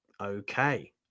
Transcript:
okay